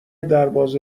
دربازه